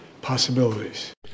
possibilities